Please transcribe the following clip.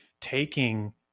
taking